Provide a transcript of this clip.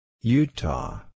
Utah